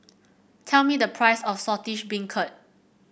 tell me the price of Saltish Beancurd